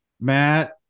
Matt